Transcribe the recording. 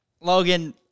Logan